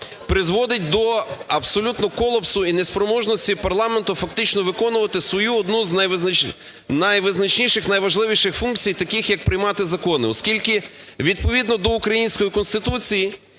призводить до абсолютного колапсу і неспроможності парламенту фактично виконувати свою одну з найвизначніших, найважливіших функцій, таких як приймати закони. Оскільки відповідно до української Конституції